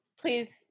Please